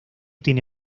tiene